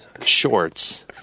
shorts